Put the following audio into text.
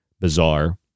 bizarre